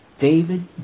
David